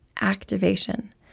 activation